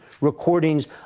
Recordings